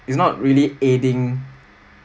it's not really aiding